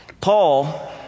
Paul